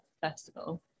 Festival